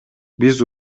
биз